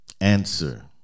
answer